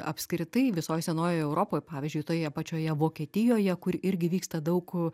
apskritai visoj senoj europoj pavyzdžiui toje pačioje vokietijoje kur irgi vyksta daug